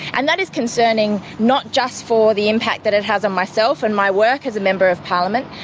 and that is concerning not just for the impact that it has on myself and my work as a member of parliament,